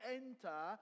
enter